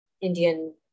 Indian